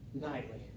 nightly